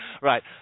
Right